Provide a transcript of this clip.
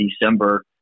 December